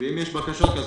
אם יש בקשה כזאת,